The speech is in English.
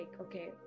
okay